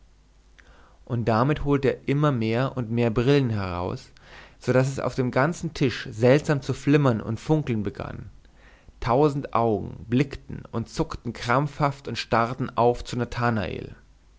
und damit holte er immer mehr und mehr brillen heraus so daß es auf dem ganzen tisch seltsam zu flimmern und zu funkeln begann tausend augen blickten und zuckten krampfhaft und starrten auf zum nathanael